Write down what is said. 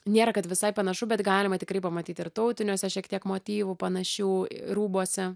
nėra kad visai panašu bet galima tikrai pamatyti ir tautiniuose šiek tiek motyvų panašių rūbuose